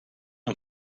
amb